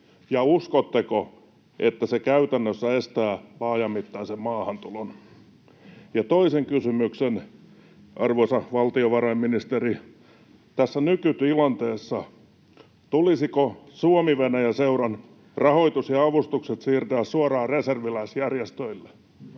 uskotteko, että se käytännössä estää laajamittaisen maahantulon? Ja toinen kysymys, arvoisa valtiovarainministeri: tässä nykytilanteessa tulisiko Suomi—Venäjä-seuran rahoitus ja avustukset siirtää suoraan reserviläisjärjestöille?